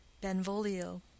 benvolio